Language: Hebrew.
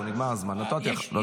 לא תצליחו.